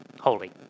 holy